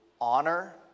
honor